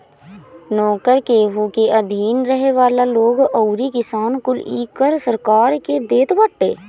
नोकर, केहू के अधीन रहे वाला लोग अउरी किसान कुल इ कर सरकार के देत बाटे